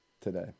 today